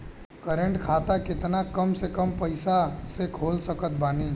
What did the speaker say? Current खाता केतना कम से कम पईसा से खोल सकत बानी?